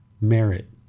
Merit